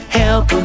help